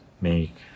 make